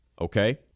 Okay